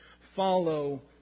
Follow